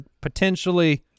potentially